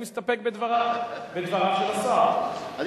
שזה פשוט לא מתקבל על דעת שמסכת השקרים בנושא הזה,